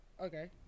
Okay